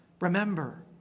remember